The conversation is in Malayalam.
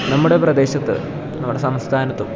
നമ്മുടെ പ്രദേശത്ത് നമ്മുടെ സംസ്ഥാനത്തും